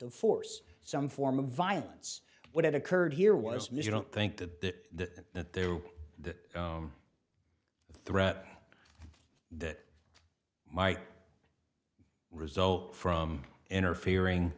of force some form of violence what had occurred here was made you don't think that that there was the threat that might result from interfering